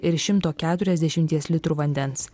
ir šimto keturiasdešimies litrų vandens